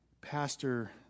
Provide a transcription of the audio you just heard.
Pastor